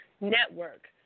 network